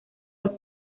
los